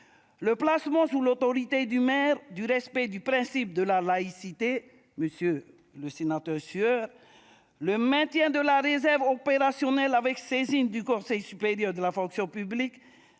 le placement sous l'autorité du maire du respect du principe de la laïcité, auquel M. Sueur s'était montré très attaché ; le maintien de la réserve opérationnelle avec saisine du Conseil supérieur de la fonction publique